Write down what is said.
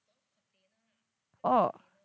oh